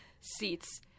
seats